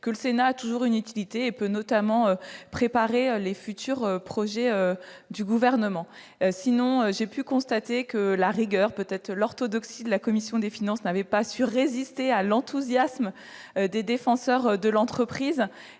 que le Sénat a toujours une utilité, et peu notamment préparer les futurs projets du Gouvernement. J'ai pu constater que la rigueur, peut-être même l'orthodoxie de la commission des finances n'avaient pas su résister à l'enthousiasme des défenseurs de l'entreprise.